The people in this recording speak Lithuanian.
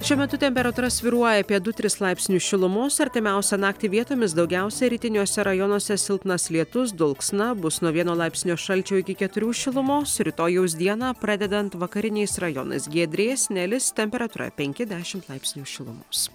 šiuo metu temperatūra svyruoja apie du tris laipsnius šilumos artimiausią naktį vietomis daugiausia rytiniuose rajonuose silpnas lietus dulksna bus nuo vieno laipsnio šalčio iki keturių šilumos rytojaus dieną pradedant vakariniais rajonais giedrės nelis temperatūra penki dešimt laipsnių šilumos